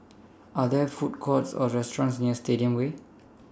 Are There Food Courts Or restaurants near Stadium Way